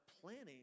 planning